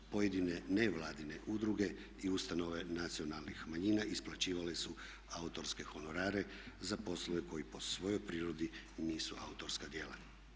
Pojedine nevladine udruge i ustanove nacionalnih manjina isplaćivale su autorske honorare za poslove koji po svojoj prirodi nisu autorska djela.